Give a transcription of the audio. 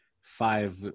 five